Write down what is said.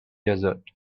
desert